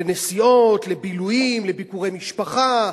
לנסיעות, לבילויים, לביקורי משפחה,